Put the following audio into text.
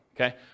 okay